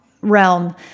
realm